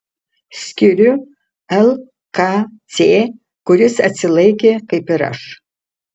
skiriu lkc kuris atsilaikė kaip ir aš